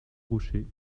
rochers